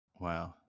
Wow